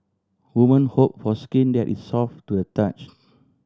woman hope for skin that is soft to the touch